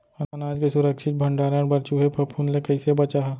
अनाज के सुरक्षित भण्डारण बर चूहे, फफूंद ले कैसे बचाहा?